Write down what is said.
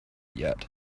yet